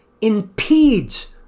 impedes